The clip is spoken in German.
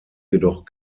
jedoch